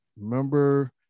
remember